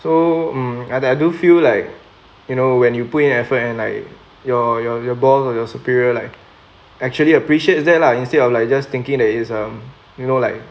so mm I like I do feel like you know when you put in effort and like your your your boss or your superior like actually appreciates that lah instead of like just thinking that is um you know like